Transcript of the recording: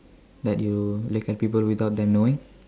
that you look at people without them knowing